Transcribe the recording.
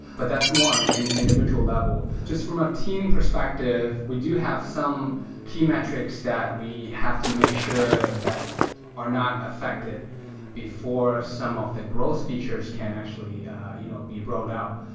but that's more on and the individual level. just from a team perspective, we do have some key metrics that we have to make sure that are not affected before some of the growth features can actually you know be rolled out.